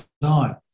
design